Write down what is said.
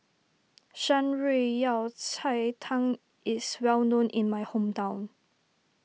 Shan Rui Yao Cai Tang is well known in my hometown